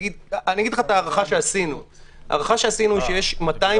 ההערכה שעשינו שיש כ-200